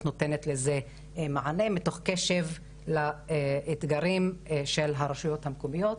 נותנת לזה מענה מתוך קשב לאתגרים של הרשויות המקומיות.